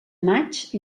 maig